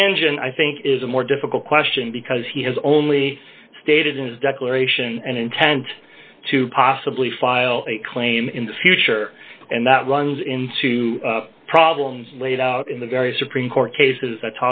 tangent i think is a more difficult question because he has only d stated his declaration and intent to possibly file a claim in the future and that runs into problems laid out in the various supreme court cases